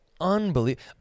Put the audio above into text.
unbelievable